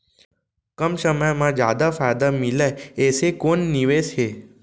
कम समय मा जादा फायदा मिलए ऐसे कोन निवेश हे?